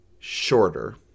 shorter